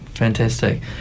Fantastic